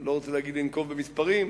לא רוצה לנקוב במספרים,